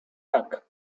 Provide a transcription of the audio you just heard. tak